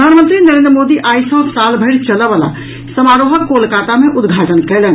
प्रधानमंत्री नरेन्द्र मोदी आई सँ साल भरि चलऽ वला समारोहक कोलकाता मे उद्घाटन कयलनि